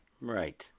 Right